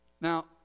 Now